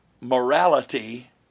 morality